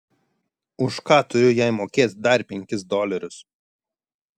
už ką turiu jai mokėt dar penkis dolerius